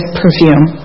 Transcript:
perfume